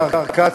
הברזל.